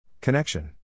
Connection